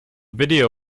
video